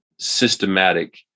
systematic